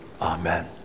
Amen